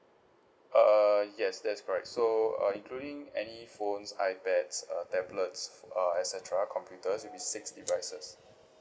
uh yes that's correct so uh including any phones ipads uh tablets uh et cetera computer it'll be six devices